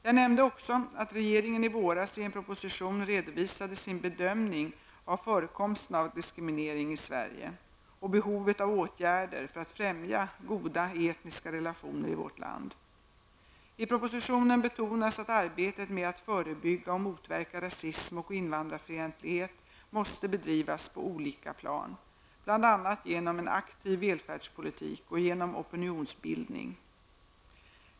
Jag nämnde också att regeringen i våras i en proposition redovisade sin bedömning av förekomsten av diskriminering i Sverige och behovet av åtgärder för att främja goda etniska relationer i vårt land. I propositionen betonas att arbetet med att förebygga och motverka rasism och invandrarfientlighet måste bedrivas på olika plan, bl.a. genom en aktiv välfärdspolitik och genom opinionsbildning.